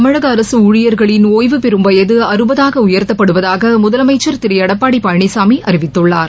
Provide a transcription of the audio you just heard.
தமிழக அரசு ஊழியர்களின் ஓய்வுபெறும் வயது அறுபதாக உயர்த்தப்படுவதாக முதலமைச்சள் திரு எடப்படி பழனிசாமி அறிவித்துள்ளார்